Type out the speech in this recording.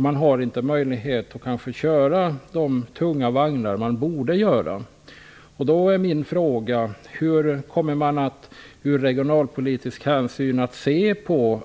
Man har inte möjlighet att köra de tunga vagnar som man borde göra. Då är min fråga: Hur kommer man att regionalpolitiskt se till